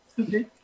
Okay